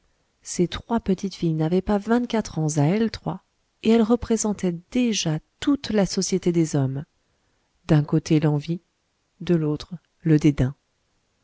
ces trois petites filles n'avaient pas vingt-quatre ans à elles trois et elles représentaient déjà toute la société des hommes d'un côté l'envie de l'autre le dédain